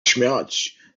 śmiać